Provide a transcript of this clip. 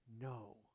no